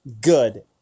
good